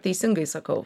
teisingai sakau